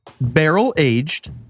barrel-aged